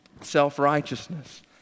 self-righteousness